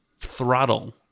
throttle